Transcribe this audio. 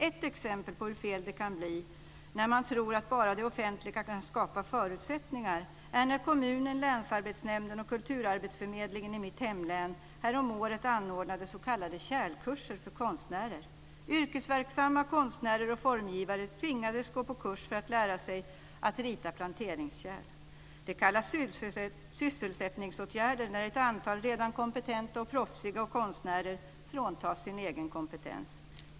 Ett exempel på hur fel det kan bli när man tror att bara det offentliga kan skapa förutsättningar är när kommunen, länsarbetsnämnden och kulturarbetsförmedlingen i mitt hemlän häromåret anordnade s.k. kärlkurser för konstnärer. Yrkesverksamma konstnärer och formgivare tvingades gå på kurs för att lära sig att rita planteringskärl. Det kallas sysselsättningsåtgärder när ett antal redan kompetenta och proffsiga konstnärer fråntas sin egen kompetens.